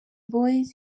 boyz